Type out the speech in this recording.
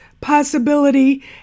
possibility